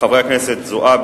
הצעה של חברי הכנסת זועבי,